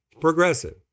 progressive